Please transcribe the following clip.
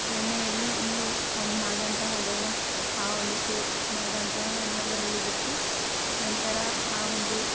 ಎಣ್ಣೆಯಲ್ಲಿ ಇವು ಒಂದು ಮಾಡ್ದಂತಹ ಡೋಣಸ್ ಆ ಒಂದು ಶೇಪ್ ಮಾಡ್ದಂತಹ ಅಂದು ಅದರಲ್ಲಿ ಬಿಟ್ಟು ನಂತರ ಆ ಒಂದು